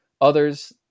others